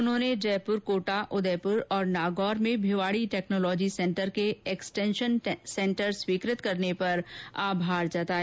उन्होंने जयपुर कोटा उदयपुर और नागौर में भिवाडी टेक्नोलॉजी सेंटर के एक्सटॅशन सेंटर स्वीकृत करने पर आभार जताया